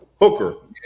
Hooker